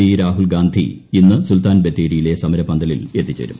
P Rahul Gandhi ഇന്ന് സുൽത്താൻ ബത്തേരിയിലെ സമരപന്തലിൽ എത്തി ചേരും